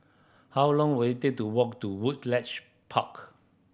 how long will it take to walk to Woodleigh Park